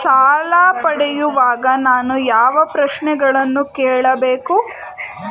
ಸಾಲ ಪಡೆಯುವಾಗ ನಾನು ಯಾವ ಪ್ರಶ್ನೆಗಳನ್ನು ಕೇಳಬೇಕು?